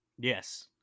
Yes